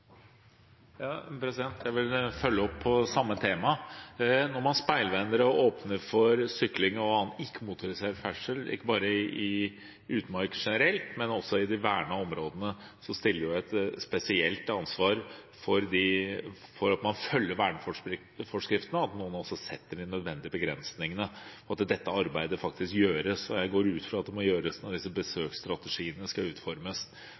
Jeg vil følge opp samme tema. Når man speilvender og åpner for sykling og annen ikke-motorisert ferdsel, ikke bare i utmark generelt, men også i de vernede områdene, har man jo et spesielt ansvar for at verneforskriftene blir fulgt, at noen setter de nødvendige begrensningene, at dette arbeidet faktisk gjøres. Og jeg går ut fra at det må gjøres når disse besøksstrategiene skal utformes